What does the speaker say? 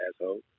asshole